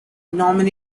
nominated